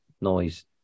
noise